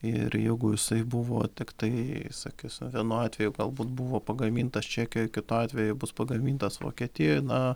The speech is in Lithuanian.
ir jeigu jisai buvo tiktai sakysi vienu atveju galbūt buvo pagamintas čekijoj kitu atveju bus pagamintas vokietijoj na